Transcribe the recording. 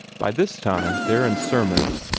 by this time theron's sermons,